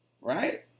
right